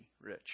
rich